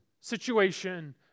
situation